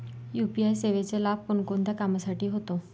UPI सेवेचा लाभ कोणकोणत्या कामासाठी होतो?